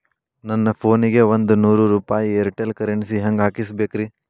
ನನ್ನ ಫೋನಿಗೆ ಒಂದ್ ನೂರು ರೂಪಾಯಿ ಏರ್ಟೆಲ್ ಕರೆನ್ಸಿ ಹೆಂಗ್ ಹಾಕಿಸ್ಬೇಕ್ರಿ?